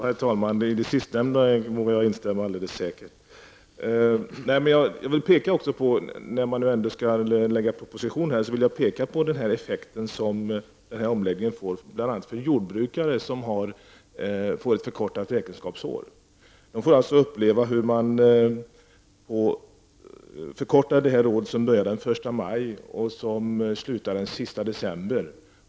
Herr talman! Det sista vågar jag helt instämma i. När det nu ändå skall framläggas en proposition vill jag peka på en effekt som skatteomläggningen får för de jordbrukare som har ett förkortat räkenskapsår, den 1 maj--31 december.